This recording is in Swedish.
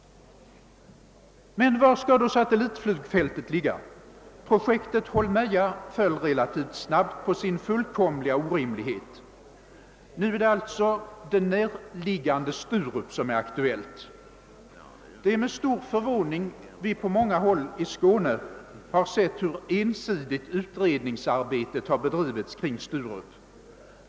Men var skall då satellitflygfältet ligga? Projektet Holmeja föll snabbt på sin fullkomliga orimlighet. Nu är det alltså det närliggande Sturup som är aktuellt. Det är med stor förvåning vi på många håll i Skåne har sett hur ensidigt utredningsarbetet beträffande Sturup har bedrivits.